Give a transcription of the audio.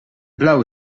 blauwe